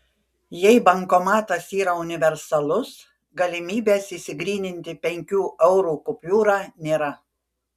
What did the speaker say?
jei bankomatas yra universalus galimybės išsigryninti penkių eurų kupiūrą nėra